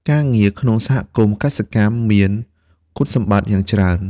ការងារក្នុងសហគមន៍កសិកម្មមាន គុណសម្បត្តិ យ៉ាងច្រើន។